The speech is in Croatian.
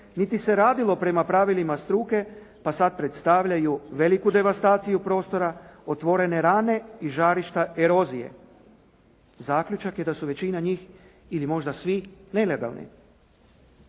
niti se radilo prema pravilima struke pa sad predstavljaju veliku devastaciju prostora, otvorene rane i žarišta erozije. Zaključak je da su većina njih ili možda svi nelegalni.